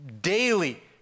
daily